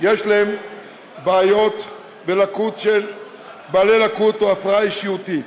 יש בעיות או שהם בעלי לקות או הפרעה אישיותית,